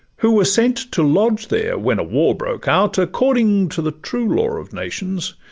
who were sent to lodge there when a war broke out, according to the true law of nations,